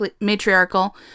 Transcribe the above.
matriarchal